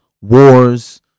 wars